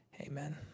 Amen